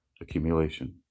accumulation